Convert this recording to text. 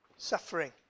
suffering